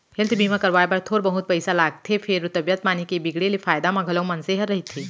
health बीमा करवाए बर थोर बहुत पइसा लागथे फेर तबीयत पानी के बिगड़े ले फायदा म घलौ मनसे ह रहिथे